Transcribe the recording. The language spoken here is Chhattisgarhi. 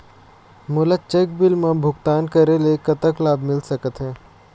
मोला चेक बिल मा भुगतान करेले कतक लाभ मिल सकथे?